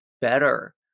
better